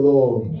Lord